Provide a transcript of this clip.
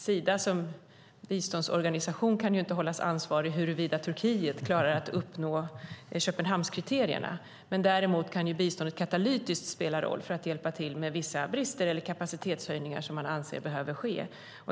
Sida som biståndsorganisation kan ju inte hållas ansvarig för huruvida Turkiet klarar att uppnå Köpenhamnskriterierna. Däremot kan biståndet katalytiskt spela roll för att komma till rätta med vissa brister och hjälpa till med vissa kapacitetshöjningar som man anser behöver ske.